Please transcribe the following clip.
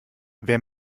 wer